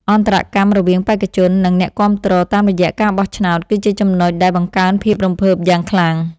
អន្តរកម្មរវាងបេក្ខជន និង អ្នកគាំទ្រតាមរយៈការបោះឆ្នោតគឺជាចំណុចដែលបង្កើនភាពរំភើបយ៉ាងខ្លាំង។